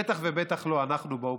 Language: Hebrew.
בטח ובטח לא אנחנו באופוזיציה.